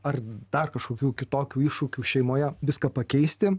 ar dar kažkokių kitokių iššūkių šeimoje viską pakeisti